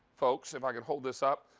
folks, if i could hold this up,